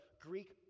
Greek